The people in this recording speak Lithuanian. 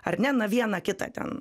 ar ne na vieną kitą ten